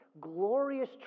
glorious